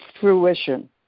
fruition